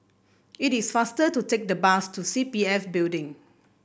it is faster to take the bus to C P F Building